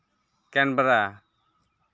camera